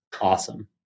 Awesome